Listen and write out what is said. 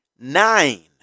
Nine